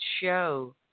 show